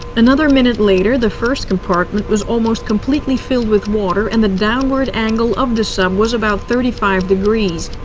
another minute later, the first compartment was almost completely filled with water, and the downward angle of the sub was about thirty five degrees.